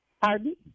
Pardon